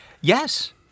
Yes